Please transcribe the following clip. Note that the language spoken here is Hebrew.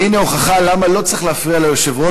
והנה הוכחה למה לא צריך להפריע ליושב-ראש